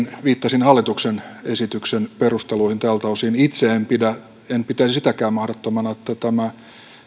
viittasin hallituksen esityksen perusteluihin tältä osin itse en pitäisi sitäkään mahdottomana että tämä